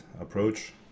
approach